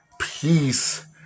peace